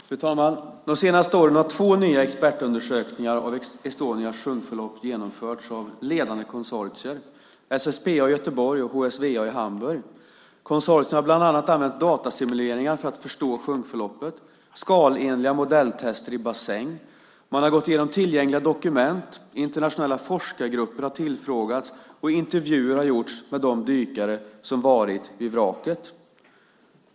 Fru talman! De senaste åren har två nya expertundersökningar av Estonias sjunkförlopp genomförts av ledande konsortier - SSPA i Göteborg och HSVA i Hamburg. Konsortierna har bland annat använt datasimuleringar och skalenliga modelltester i bassäng för att förstå sjunkförloppet. Man har gått igenom tillgängliga dokument. Internationella forskargrupper har tillfrågats. Intervjuer har gjorts med de dykare som har varit vid vraket.